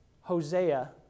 Hosea